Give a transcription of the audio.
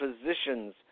positions